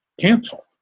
cancel